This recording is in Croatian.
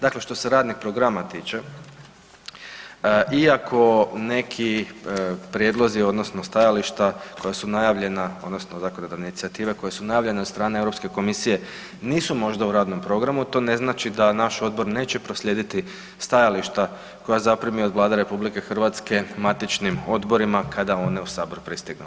Dakle, što se radnih programa tiče iako neki prijedlozi odnosno stajališta koja su najavljena odnosno od zakonodavne inicijative koje su najavljene od strane Europske komisije nisu možda u radnom programu, to ne znači da naš odbor neće proslijediti stajališta koja zaprimi od Vlade RH matičnim odborima kada one u Sabor pristignu.